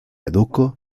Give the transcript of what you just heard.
eduko